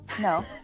No